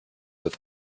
with